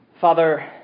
Father